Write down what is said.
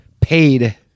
paid